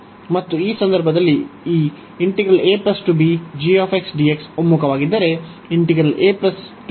ಮತ್ತು ಈ ಸಂದರ್ಭದಲ್ಲಿ ಈ ಒಮ್ಮುಖವಾಗಿದ್ದರೆ ಸಹ ಒಮ್ಮುಖವಾಗುವುದು